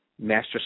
master